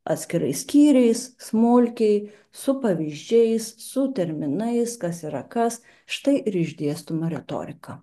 atskirais skyriais smulkiai su pavyzdžiais su terminais kas yra kas štai ir išdėstoma retorika